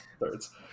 thirds